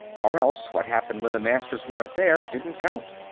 or else, what happened when the masters weren't there didn't count.